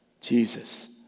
Jesus